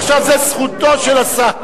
עכשיו זה זכותו של השר,